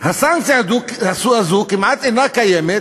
הסנקציה הזאת כמעט אינה קיימת